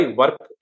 work